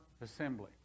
assembly